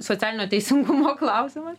socialinio teisingumo klausimas